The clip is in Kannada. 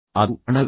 ಅದು ಹಣವೇ